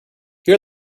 are